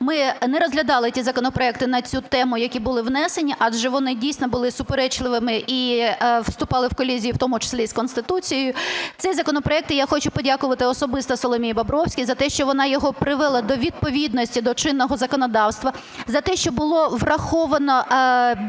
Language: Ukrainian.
ми не розглядали ті законопроекти на цю тему, які були внесені, адже вони дійсно були суперечливими і вступали в колізію в тому числі з Конституцією. Цей законопроект... я хочу подякувати особисто Соломії Бобровській за те, що вона його привела до відповідності до чинного законодавства, за те, що було враховано